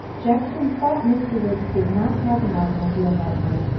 jackson thought mr. woods did not have an automobile that night,